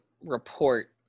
report